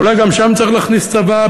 אולי גם שם צריך להכניס צבא.